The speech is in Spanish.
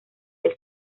del